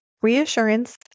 Reassurance